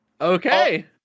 Okay